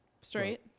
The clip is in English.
Straight